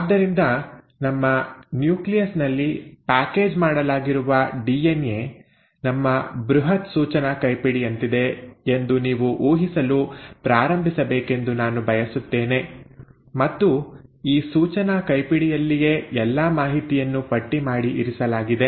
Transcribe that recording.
ಆದ್ದರಿಂದ ನಮ್ಮ ನ್ಯೂಕ್ಲಿಯಸ್ ನಲ್ಲಿ ಪ್ಯಾಕೇಜ್ ಮಾಡಲಾಗಿರುವ ಡಿಎನ್ಎ ನಮ್ಮ ಬೃಹತ್ ಸೂಚನಾ ಕೈಪಿಡಿಯಂತಿದೆ ಎಂದು ನೀವು ಊಹಿಸಲು ಪ್ರಾರಂಭಿಸಬೇಕೆಂದು ನಾನು ಬಯಸುತ್ತೇನೆ ಮತ್ತು ಈ ಸೂಚನಾ ಕೈಪಿಡಿಯಲ್ಲಿಯೇ ಎಲ್ಲಾ ಮಾಹಿತಿಯನ್ನು ಪಟ್ಟಿಮಾಡಿ ಇರಿಸಲಾಗಿದೆ